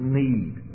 need